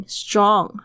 strong